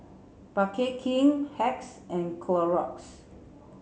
Bake King Hacks and Clorox